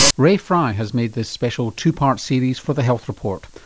rae fry has made this special two part series for the health report,